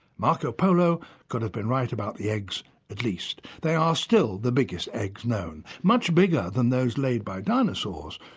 marco polo could have been right about the eggs at least, they are still the biggest eggs known, much bigger than those laid by dinosaurs,